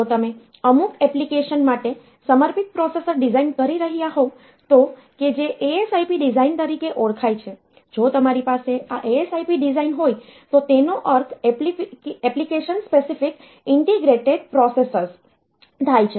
જો તમે અમુક એપ્લિકેશન માટે સમર્પિત પ્રોસેસર ડિઝાઇન કરી રહ્યા હોવ તો કે જે ASIP ડિઝાઇન તરીકે ઓળખાય છે જો તમારી પાસે આ ASIP ડિઝાઇન્સ હોય તો તેનો અર્થ એપ્લીકેશન સ્પેસિફિક ઇન્ટીગ્રેટેડ પ્રોસેસર્સ થાય છે